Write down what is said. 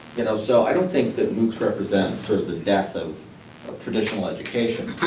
you know so i don't think that moocs represent sort of the death of traditional education.